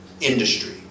industry